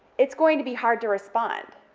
it's going to be hard to respond.